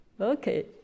okay